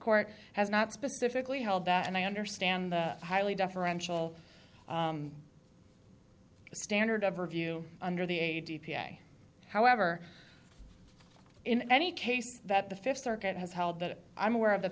court has not specifically held that and i understand the highly deferential standard of review under the age d p a however in any case that the fifth circuit has held that i'm aware of that